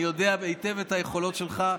אני יודע היטב את היכולות שלך,